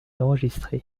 enregistré